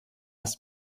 ist